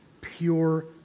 pure